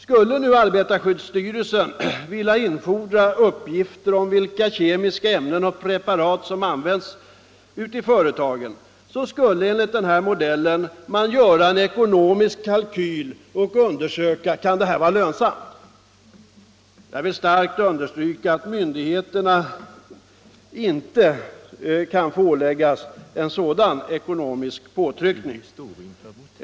Skulle nu arbetarskyddsstyrelsen vilja infordra uppgifter om vilka kemiska ämnen och preparat som används i företagen skulle man enligt den här modellen göra en ekonomisk kalkyl och undersöka om det kan vara lönsamt. Jag vill starkt understryka att myndigheterna inte kan få åläggas en sådan ekonomisk påtryckning.